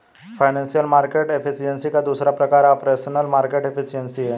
financial market efficiency का दूसरा प्रकार ऑपरेशनल मार्केट एफिशिएंसी है